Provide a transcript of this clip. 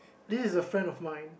this is a friend of mine